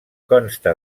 consta